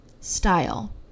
style